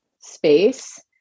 space